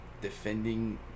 defending